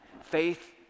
Faith